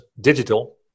digital